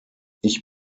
ich